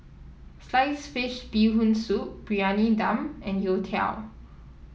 Sliced Fish Bee Hoon Soup Briyani Dum and Youtiao